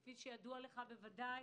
כפי שידוע לך ודאי,